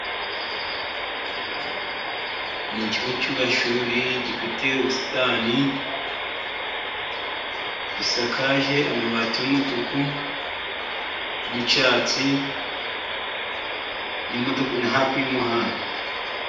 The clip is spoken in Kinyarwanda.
Ni ikigo cy'amashuri, gifite ubusitani. Gisakaje amabati y'umutuku n'icyatsi . Ni hafi y'umuhanda.